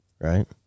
right